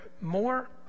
More